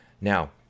Now